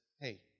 hey